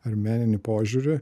ar meninį požiūrį